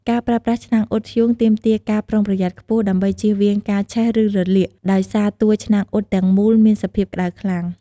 ការប្រើប្រាស់ឆ្នាំងអ៊ុតធ្យូងទាមទារការប្រុងប្រយ័ត្នខ្ពស់ ដើម្បីជៀសវាងការឆេះ ឬរលាក ដោយសារតួឆ្នាំងអ៊ុតទាំងមូលមានសភាពក្តៅខ្លាំង។